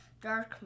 Dark